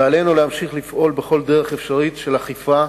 ועלינו להמשיך לפעול בכל דרך אפשרית של אכיפה,